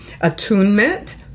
Attunement